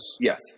Yes